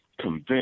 convince